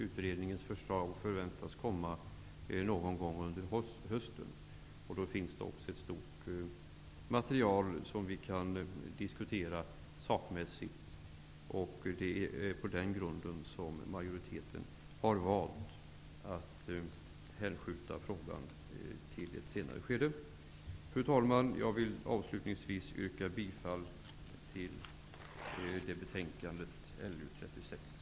Utredningens förslag förväntas komma någon gång under hösten. Det finns då också ett stort material som vi kan diskutera sakligt. Det är på denna grund som majoriteten har valt att hänskjuta frågans behandling till ett senare skede. Fru talman! Jag vill avslutningsvis yrka bifall till utskottets hemställan i betänkande LU36.